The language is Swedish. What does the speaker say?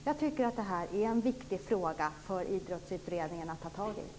Jag tycker att det är en viktig fråga för Idrottsutredningen att ta tag i.